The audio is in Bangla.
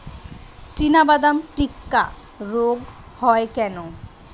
চিনাবাদাম টিক্কা রোগ হয় কেন?